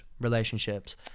relationships